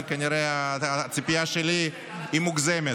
אבל כנראה שהציפייה שלי מוגזמת.